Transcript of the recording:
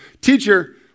Teacher